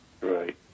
Right